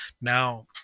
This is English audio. now